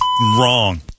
wrong